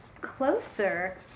closer